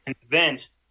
convinced